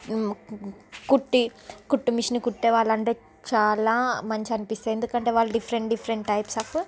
కుట్టి కుట్టు మిషన్ కుట్టే వాళ్లంటే చాలా మంచి అనిపిస్తే ఎందుకంటే వాళ్ళు డిఫరెంట్ డిఫరెంట్ టైప్స్ ఆఫ్